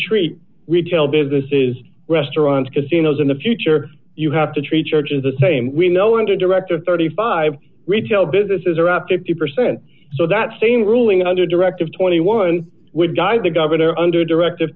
treat retail businesses restaurants casinos in the future you have to treat churches the same we know in the director thirty five dollars retail business is around fifty percent so that same ruling under directive twenty one dollars would guide the governor under directive